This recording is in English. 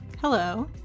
Hello